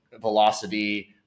Velocity